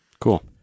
Cool